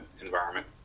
environment